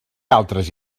altres